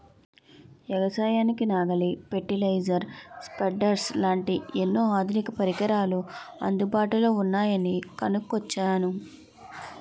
ఎగసాయానికి నాగలి, fertiliser, spreaders లాంటి ఎన్నో ఆధునిక పరికరాలు అందుబాటులో ఉన్నాయని కొనుక్కొచ్చాను